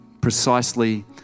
precisely